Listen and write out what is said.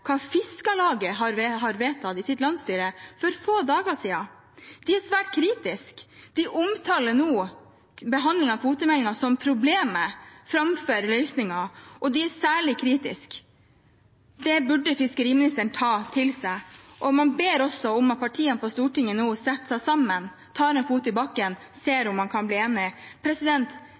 dager siden. De er svært kritiske og omtaler nå behandlingen av kvotemeldingen som problemet framfor løsningen. De er særlig kritiske. Det burde fiskeriministeren ta til seg. Man ber også om at partiene på Stortinget nå setter seg sammen, tar en fot i bakken og ser om man kan bli